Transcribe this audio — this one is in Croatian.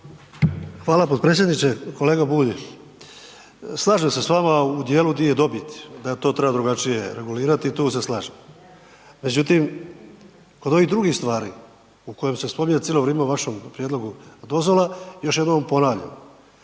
Hvala potpredsjedniče. Kolega Bulj, slažem se s vama u dijelu di je dobit, da je to trebalo drugačije regulirati i tu se slažem. Međutim, kod ovih drugih stvari u kojem se spominje cilo vrime u vašem prijedlogu dozvola, još jednom ponavljam,